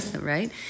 right